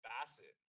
Bassett